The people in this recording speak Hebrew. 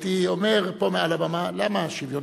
הייתי אומר פה מעל הבמה: למה שוויון?